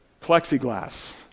Plexiglass